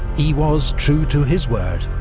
he was true to his word.